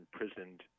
imprisoned